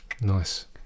Nice